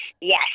Yes